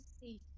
see